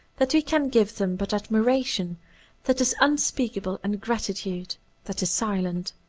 that we can give them but admiration that is unspeakable, and grati tude that is silent.